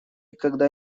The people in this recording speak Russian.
когда